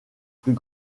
plus